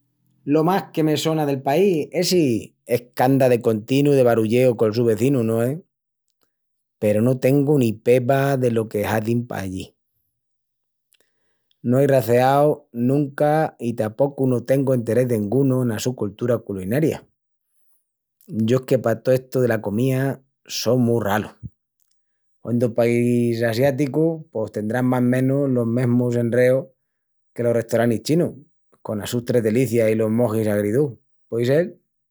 Lo más que me sona del país essi es qu'anda de continu de barulleu col su vezinu, no es? Peru no tengu ni peba delo que hazin pallí. No ei raceau nunca i tapocu no tengu enterès dengunu ena su coltura culinaria. Yo es que pa tó estu dela comía só mu ralu. Huendu país asiáticu pos tendrán más menus los mesmu enreus que los restoranis chinus, conas sus tres delicias i los mojis agridús. Puei sel?